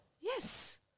Yes